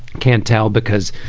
can't tell because